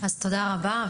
תודה רבה.